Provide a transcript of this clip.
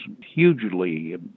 hugely